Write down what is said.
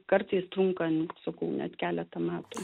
kartais trunka sakau net keletą metų